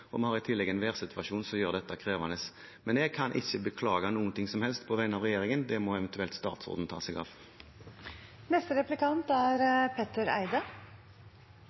det. Vi har i tillegg en værsituasjon som gjør dette krevende. Men jeg kan ikke beklage noe som helst på vegne av regjeringen. Det må eventuelt statsråden ta seg av. Når det gjelder situasjonen for sykehusene i Oslo, er